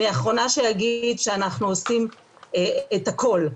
אני האחרונה שאגיד שאנחנו עושים את הכול,